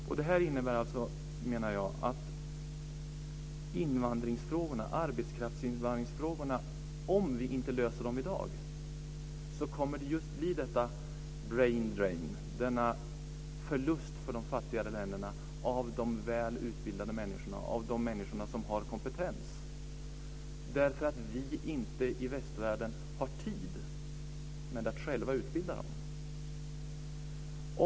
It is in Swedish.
Om vi inte löser arbetskraftsinvandringsfrågorna i dag kommer det att uppstå en brain drain, en förlust i de fattiga länderna av väl utbildade människor, de människor som har kompetens, därför att vi själva i västvärlden inte har tid att utbilda dem.